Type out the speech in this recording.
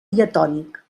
diatònic